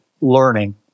learning